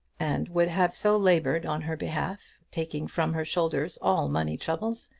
and would have so laboured on her behalf, taking from her shoulders all money troubles,